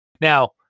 now